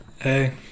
Hey